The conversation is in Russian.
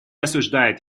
осуждает